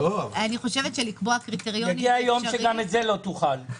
יהיה יום שגם את זה לא תוכל.